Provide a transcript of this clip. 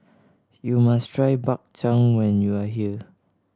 you must try Bak Chang when you are here